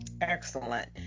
Excellent